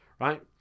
right